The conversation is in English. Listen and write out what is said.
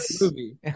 movie